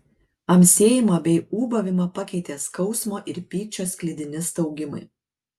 amsėjimą bei ūbavimą pakeitė skausmo ir pykčio sklidini staugimai